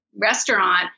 restaurant